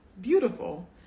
beautiful